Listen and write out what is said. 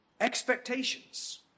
Expectations